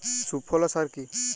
সুফলা সার কি?